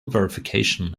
verification